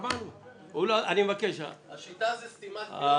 ההצעה לא